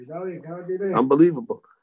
Unbelievable